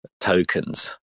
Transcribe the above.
tokens